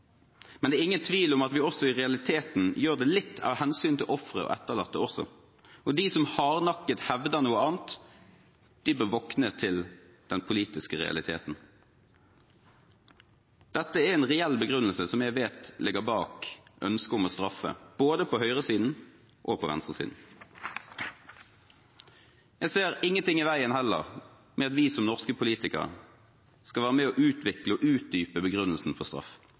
Men det er ingen tvil om at vi i realiteten gjør det litt av hensyn til offeret og de etterlatte også. De som hardnakket hevder noe annet, bør våkne til den politiske realiteten – dette er en reell begrunnelse, som jeg vet ligger bak ønsket om å straffe, både på høyresiden og på venstresiden. Jeg ser at det er heller ingenting i veien for at vi som norske politikere skal være med på å utvikle og utdype begrunnelsen for straff.